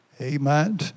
Amen